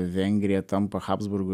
vengrija tampa habsburgų